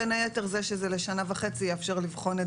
בין היתר זה שזה לשנה וחצי יאפשר לבחון את